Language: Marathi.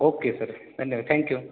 ओक्के सर धन्यवाद थॅंक्यू